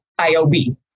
IOB